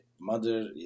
mother